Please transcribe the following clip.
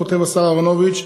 כותב השר אהרונוביץ,